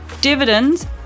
Dividends